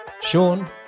Sean